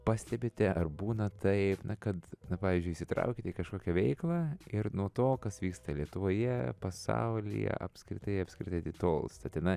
pastebite ar būna taip na kad pavyzdžiui įsitraukiate į kažkokią veiklą ir nuo to kas vyksta lietuvoje pasaulyje apskritai apskritai atitolstate na